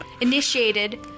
initiated